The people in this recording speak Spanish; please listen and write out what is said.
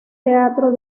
teatro